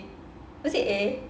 was it A